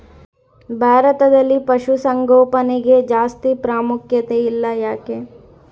ಭಾರತದಲ್ಲಿ ಪಶುಸಾಂಗೋಪನೆಗೆ ಜಾಸ್ತಿ ಪ್ರಾಮುಖ್ಯತೆ ಇಲ್ಲ ಯಾಕೆ?